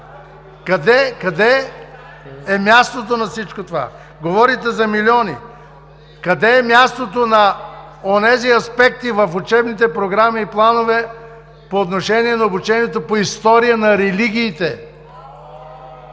Къде е мястото на всичко това? Говорите за милиони. Къде е мястото на онези аспекти в учебните програми и планове по отношение на обучението по история на религиите,